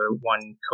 one